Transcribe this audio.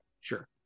Sure